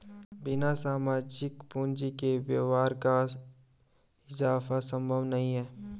बिना सामाजिक पूंजी के व्यापार का इजाफा संभव नहीं है